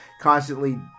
constantly